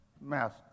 master